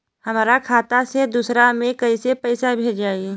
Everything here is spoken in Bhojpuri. हमरा खाता से दूसरा में कैसे पैसा भेजाई?